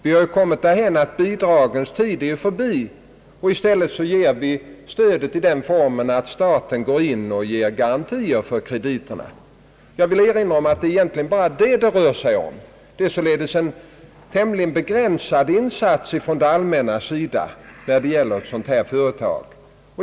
Vi har kommit därhän att bidragens tid är förbi, I stället ger vi stödet i den formen att staten lämnar garantier för krediterna. Jag vill erinra om att det egentligen bara är detta frågan rör sig om. Insatsen från det allmänna är således tämligen begränsad när det gäller ett sådant företag.